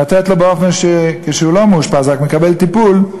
לתת לו כשהוא לא מאושפז, רק מקבל טיפול,